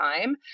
time